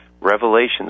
revelations